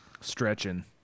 stretching